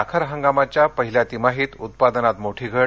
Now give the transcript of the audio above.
साखर हंगामाच्या पहिल्या तिमाहीत उत्पादनात मोठी घट